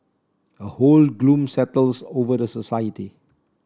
a whole gloom settles over the society